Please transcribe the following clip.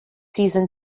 season